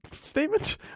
statement